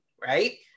right